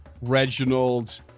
Reginald